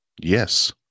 Yes